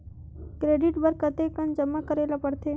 Credit बर कतेकन जमा करे ल पड़थे?